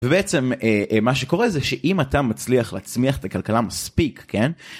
ובעצם מה שקורה זה שאם אתה מצליח להצמיח את הכלכלה מספיק, כן